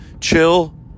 chill